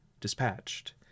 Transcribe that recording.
dispatched